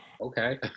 okay